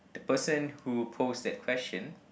the person who pose that question